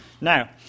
Now